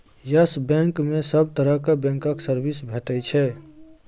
yes Bank मे सब तरहक बैंकक सर्विस भेटै छै